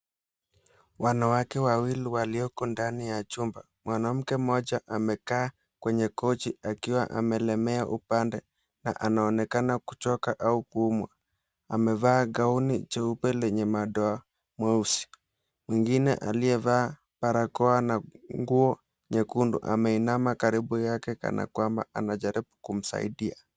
Wanawake wawili walioko ndani ya chumba. Mwwnamke mmoja amekaa kwenye kochi akiwa amelemea uoande na anaonekana kuchoka au kuumwa, amevaa gauni jeuoe lenye madoa mweusi, mwingine aliyevaa barakoa na nguo nyekundu ameinama karibu yake kana kwamba anajaribu kumsaidia.